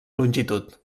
longitud